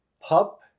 Pup